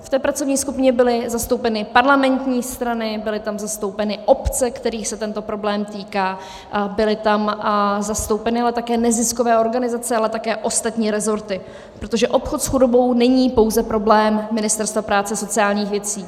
V té pracovní skupině byly zastoupeny parlamentní strany, byly tam zastoupeny obce, kterých se tento problém týká, byly tam zastoupeny ale také neziskové organizace a ostatní resorty, protože obchod s chudobou není pouze problém Ministerstva práce a sociálních věcí.